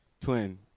twin